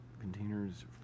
containers